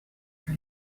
for